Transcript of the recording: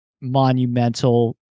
monumental